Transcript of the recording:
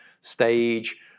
stage